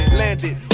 landed